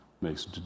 makes